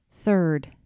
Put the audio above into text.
Third